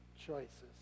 choices